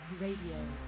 Radio